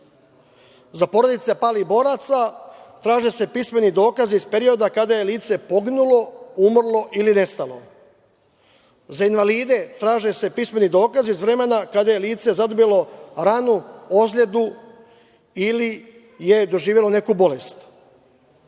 Za porodice palih boraca, traže se pismeni dokazi iz perioda kada je lice poginulo, umrlo ili nestalo. Za invalide, traže se pismeni dokazi iz vremena kada je lice zadobilo ranu, ozledu ili je doživelo neku bolest. Ja